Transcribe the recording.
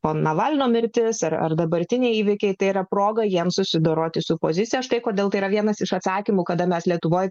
navalno mirtis ar dabartiniai įvykiai tėra proga jiems susidoroti su pozicija štai kodėl tai yra vienas iš atsakymų kada mes lietuvoje